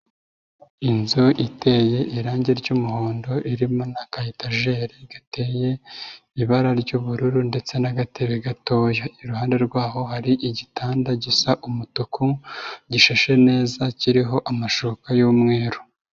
Inzu iteye irange ry'umuhondo irimo n'akayetageri gateye ibara ry'ubururu ndetse n'agatebe gatoya, iruhande rwaho hari igitanda gisa umutuku gishashe neza kiriho amashoka y'umweru.